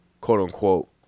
quote-unquote